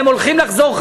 והם הולכים לחזור.